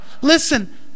Listen